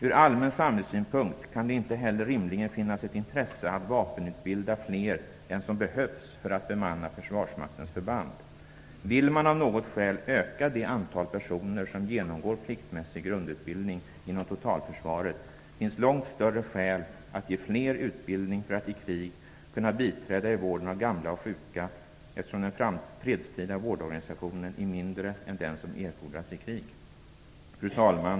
Ur allmän samhällssynpunkt kan det inte heller rimligen finnas ett intresse av att vapenutbilda fler än som behövs för att bemanna försvarsmaktens förband. Vill man av något skäl öka det antal personer som genomgår pliktmässig grundutbildning inom totalförsvaret finns långt större skäl att ge fler utbildning för att i krig kunna biträda i vården av gamla och sjuka, eftersom den fredstida vårdorganisationen är mindre än den som erfordras i krig. Fru talman!